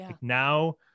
Now